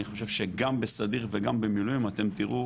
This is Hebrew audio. אני חושב שגם בסדיר וגם במילואים אתן תראו